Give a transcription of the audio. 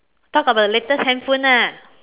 talk about the latest handphone ah